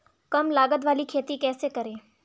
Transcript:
कम लागत वाली खेती कैसे करें?